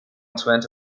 twenty